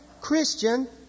Christian